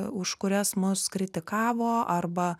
už kurias mus kritikavo arba